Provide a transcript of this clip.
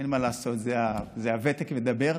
אין מה לעשות, הוותק מדבר: